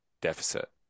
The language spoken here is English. deficit